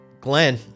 Glenn